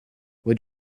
what